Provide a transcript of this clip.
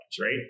right